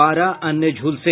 बारह अन्य झुलसे